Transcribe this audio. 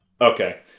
Okay